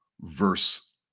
verse